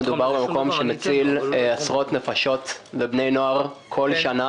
מדובר על מקום שמציל עשרות נפשות ובני נוער בכל שנה